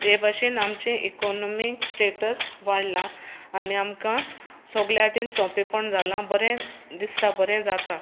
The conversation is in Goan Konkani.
हे भाशेन आमचे इकोनॉमीक स्टेटस वाडलां आनी आमकां सगल्या वाटेन सोंपेंपण जालां बरें दिसता बरें जाता